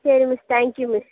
சரி miss thank you miss